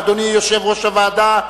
אדוני יושב-ראש הוועדה,